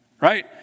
right